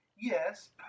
Yes